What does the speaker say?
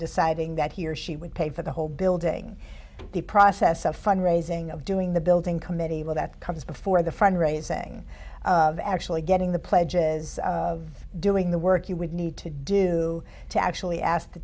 deciding that he or she would pay for the whole building the process of fund raising of doing the building committee will that comes before the fund raising of actually getting the pledge is doing the work you would need to do to actually ask the